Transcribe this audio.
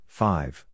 five